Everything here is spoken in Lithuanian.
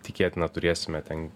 tikėtina turėsime ten